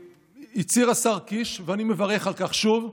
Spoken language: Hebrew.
הצהיר השר קיש, ואני מברך על כך שוב,